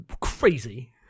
crazy